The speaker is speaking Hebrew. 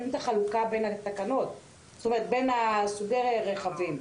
אין את החלוקה בין סוגי הרכבים.